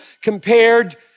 compared